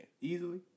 easily